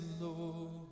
Lord